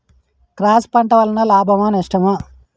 Cross పంట వలన లాభమా నష్టమా?